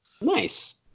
nice